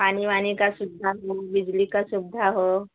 पानी वानी का सुविधा हो बिजली का सुविधा हो